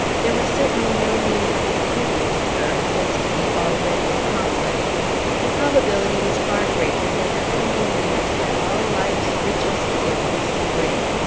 there was certainly no need of imputing to her a destiny already accomplished the probability was far greater that her coming years had all life's richest gifts to bring.